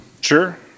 sure